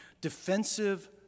Defensive